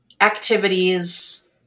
activities